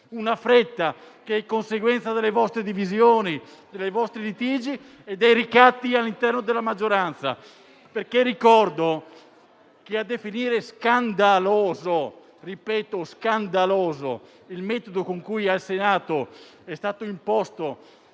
La fretta è conseguenza delle vostre divisioni, dei vostri litigi e dei ricatti all'interno della maggioranza. Ricordo che a definire scandaloso il metodo con cui al Senato è stato imposto